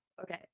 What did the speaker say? okay